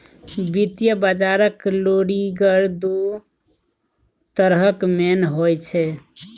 वित्तीय बजारक लुरिगर दु तरहक मेन होइ छै